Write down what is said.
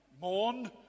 Mourn